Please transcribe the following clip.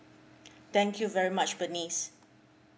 thank you very much bernice